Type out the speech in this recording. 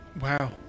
Wow